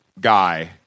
guy